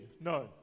no